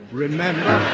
remember